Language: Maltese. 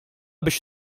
biex